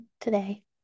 today